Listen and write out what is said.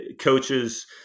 coaches